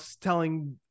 telling